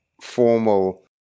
formal